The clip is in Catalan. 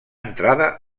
entrada